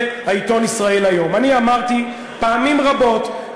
העיתון "ישראל היום": אני אמרתי פעמים רבות,